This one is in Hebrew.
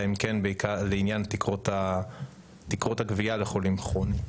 למעט תקרות הגבייה לחולים כרוניים.